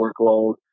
workload